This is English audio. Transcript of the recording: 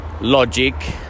logic